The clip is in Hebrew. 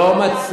ראש